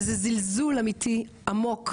וזלזול אמיתי עמוק,